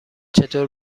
چطور